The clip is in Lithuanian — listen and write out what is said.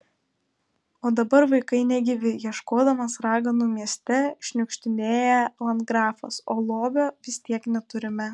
o dabar vaikai negyvi ieškodamas raganų mieste šniukštinėja landgrafas o lobio vis tiek neturime